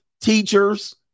teachers